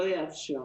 שלא יאפשר.